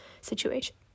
situation